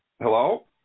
Hello